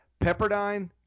Pepperdine